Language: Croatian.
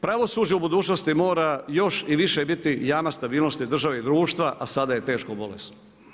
Pravosuđe u budućnosti mora još i više biti jamac stabilnosti države i društva a sada je teško bolesno.